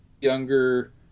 younger